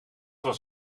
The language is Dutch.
was